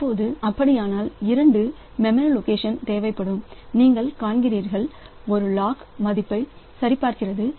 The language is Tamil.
இப்போது அப்படியானால் இரண்டுமெமரி லொகேஷன் தேவைப்படுவதை நீங்கள் காண்கிறீர்கள் ஒன்று லாக் மதிப்பைச் சரிபார்க்கிறது